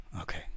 Okay